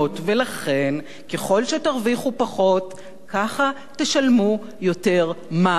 ולכן, ככל שתרוויחו פחות ככה תשלמו יותר מע"מ.